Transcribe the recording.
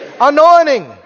anointing